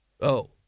Oh